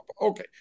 Okay